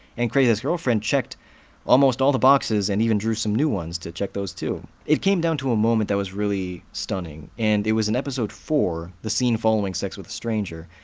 and crazy ex-girlfriend checked almost all the boxes and even drew some new ones to check those, too. it came down to a moment that was really stunning, and it was in episode four, the scene following sex with a stranger,